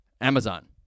Amazon